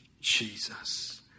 Jesus